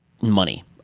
money